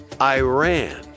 Iran